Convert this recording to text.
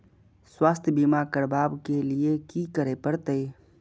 स्वास्थ्य बीमा करबाब के लीये की करै परतै?